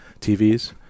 TVs